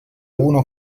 uno